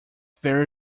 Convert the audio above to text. very